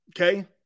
Okay